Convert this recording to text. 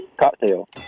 Cocktail